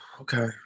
Okay